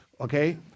Okay